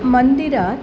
मन्दिरात्